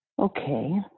Okay